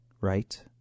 right